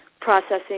processing